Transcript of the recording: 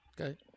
okay